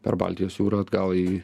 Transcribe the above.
per baltijos jūrą atgal į